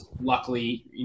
luckily